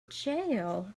gel